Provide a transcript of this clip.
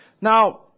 Now